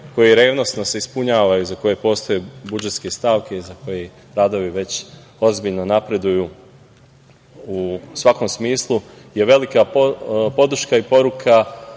koji se revnosno ispunjava, za koji postoje budžetske stavke, za koji radovi već ozbiljno napreduju u svakom smislu, je velika podrška i poruka,